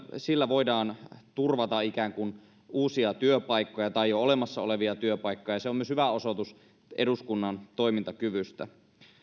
sillä voidaan turvata ikään kuin uusia työpaikkoja tai jo olemassa olevia työpaikkoja se on myös hyvä osoitus eduskunnan toimintakyvystä